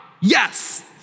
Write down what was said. yes